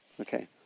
Okay